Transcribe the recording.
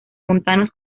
montanos